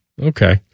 Okay